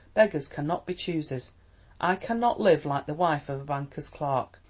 beggars cannot be choosers i cannot live like the wife of a banker's clerk.